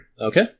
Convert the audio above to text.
Okay